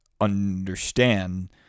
understand